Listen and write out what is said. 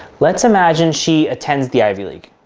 let's imagine she attends the ivy league.